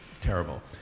terrible